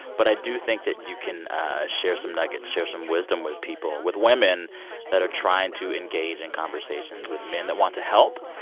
but i do think that you can share some nuggets, share some wisdom with people, with women that are trying to engage in conversations with men that want to help.